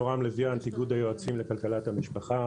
יורם לביאנט, איגוד היועצים לכלכלת המשפחה.